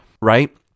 right